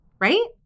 right